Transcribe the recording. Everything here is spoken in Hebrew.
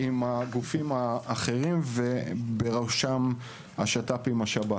עם הגופים האחרים, ובראשם עם השב"כ,